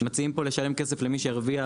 מציעים פה לשלם כסף למי שהרוויח.